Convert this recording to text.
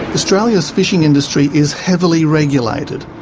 australia's fishing industry is heavily regulated,